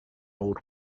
old